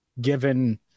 given